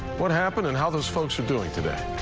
what happened and how those folks are doing today.